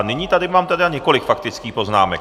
Nyní tady mám tedy několik faktických poznámek.